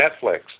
Netflix